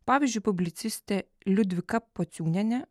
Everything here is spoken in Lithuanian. pavyzdžiui publicistė liudvika pociūnienė